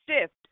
shift